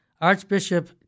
Archbishop